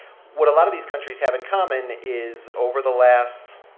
what a lot of these countries have in common is, over the last,